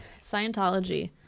Scientology